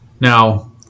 Now